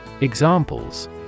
Examples